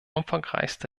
umfangreichste